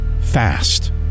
fast